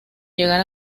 llegar